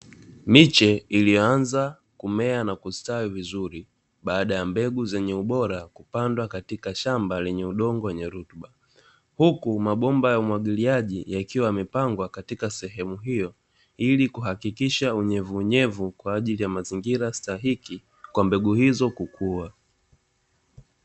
Miche iliyoanza kumea na kustawi vizuri baada ya mbegu zenye ubora kupandwa katika shamba lenye udongo wenye rutuba, huku mabomba ya umwagiliaji yakiwa yamepangwa katika sehemu hiyo ili kuhakikisha unyevuunyevu kwa ajili ya mazingira stahiki kwa mbegu hizo kukua.